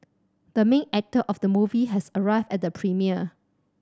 the main actor of the movie has arrived at the premiere